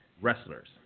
wrestlers